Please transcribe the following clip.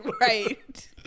Right